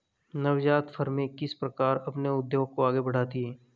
नवजात फ़र्में किस प्रकार अपने उद्योग को आगे बढ़ाती हैं?